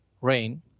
rain